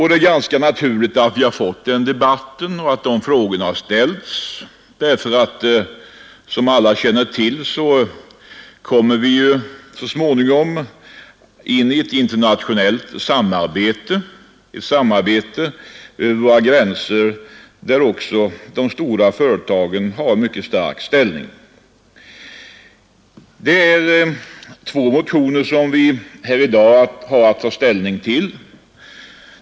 Det är ganska naturligt att denna debatt och att dessa frågor ställts, ty som alla känner till kommer vi så småningom in i ett internationellt samarbete, ett samarbete över våra gränser där också de stora företagen har en mycket stark ställning. Det är två motioner som vi i dag har att ta ställning till.